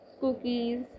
cookies